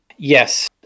Yes